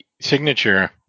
signature